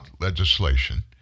legislation